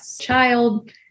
child